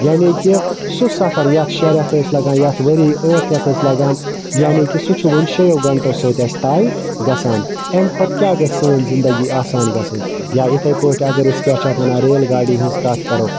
یعنے کہِ سُہ سَفَر یتھ شےٚ ریٚتھ ٲسۍ لَگان یتھ ؤری ٲٹھ ریٚتھ ٲسۍ لَگان یعنے کہِ سُہ چھُ وٕنہِ شیٚیَو گَنٹَو سۭتۍ اَسہِ طے گَژھان امہِ کھۄتہِ کیاہ گَژھِ سٲنٛۍ زِندگی آسان گَژھٕنۍ یا اِتھے پٲٹھی اگر أسۍ کیاہ چھِ أسۍ وَنان ریل گاڑی ہٕنٛز کتھ کَرَو